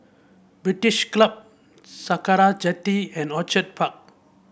British Club Sakra Jetty and Orchid Park